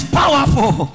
powerful